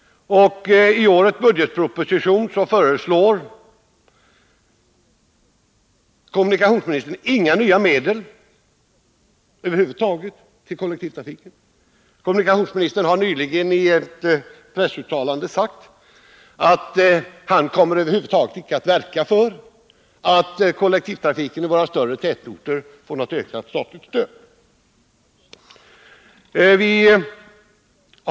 I årets budgetproposition föreslår kommunikationsministern inga nya medel över huvud taget till kollektivtrafiken. Kommunikationsministern har nyligen i ett pressuttalande sagt att han inte kommer att verka för att kollektivtrafiken i våra större tätorter får ökat statligt stöd.